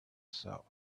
south